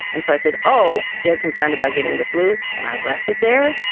and so i said, oh, they're concerned about getting the flu. and i left it there.